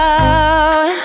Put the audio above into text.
out